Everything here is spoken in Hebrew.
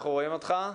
אנחנו רואים אותך.